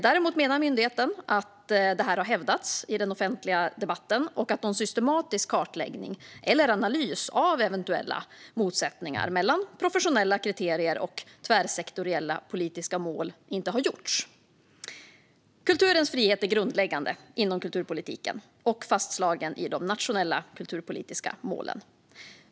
Däremot menar myndigheten att detta har hävdats i den offentliga debatten och att någon systematisk kartläggning eller analys av eventuella motsättningar mellan professionella kriterier och tvärsektoriella politiska mål inte har gjorts. Kulturens frihet är grundläggande inom kulturpolitiken och fastslagen i de nationella kulturpolitiska målen.